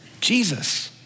Jesus